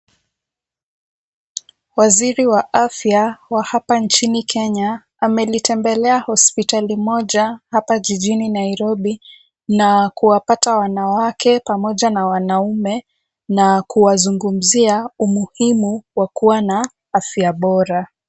Waziri wa afya wa hapa nchini Kenya amelitembelea hospitali moja hapa jijini Nairobi na kuwapata wanawake pamoja na wanaume na kuwazungumzia umuhimu wa kuwa na afya bora.